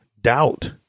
doubt